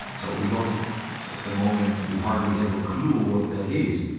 so we don't at the moment we hardly have a clue what that is.